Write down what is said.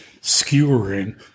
skewering